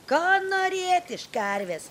ką norėti iš karvės